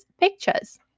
pictures